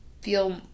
feel